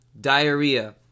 Diarrhea